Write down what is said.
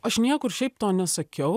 aš niekur šiaip to nesakiau